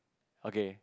okay